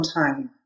time